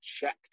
checked